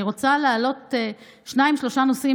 אני רוצה להעלות שניים-שלושה נושאים